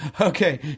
okay